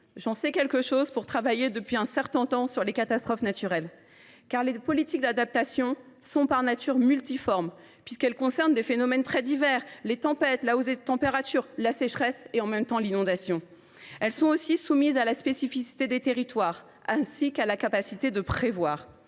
j’en sais quelque chose pour travailler, depuis un certain temps, sur les catastrophes naturelles. En effet, les politiques d’adaptation sont par nature multiformes, puisqu’elles concernent des phénomènes très divers – les tempêtes, la hausse des températures, la sécheresse, mais aussi les inondations – et sont soumises à la spécificité des territoires, ainsi qu’à la capacité de prévoir.